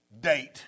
Date